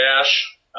dash